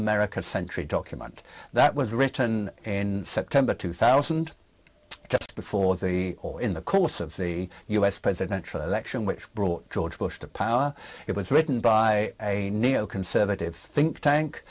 american century document that was written in september two thousand just before the or in the course of the u s presidential election which brought george bush to power it was written by a neo conservative think tank